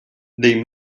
they